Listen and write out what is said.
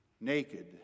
Naked